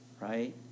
right